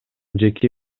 жеке